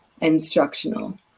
instructional